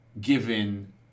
given